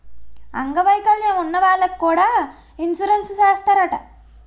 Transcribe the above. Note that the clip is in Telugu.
అంగ వైకల్యం ఉన్న వాళ్లకి కూడా ఇన్సురెన్సు చేస్తారట